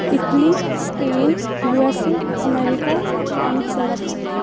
Italy Spain U S A America and Singapore